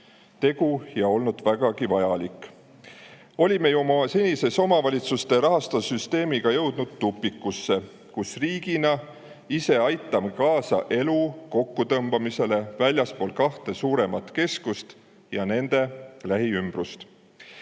tegu ja olnud vägagi vajalik. Oleme ju oma senise omavalitsuste rahastamise süsteemiga jõudnud tupikusse, kus aitame riigina ise kaasa elu kokkutõmbamisele väljaspool kahte suuremat keskust ja nende lähiümbrust.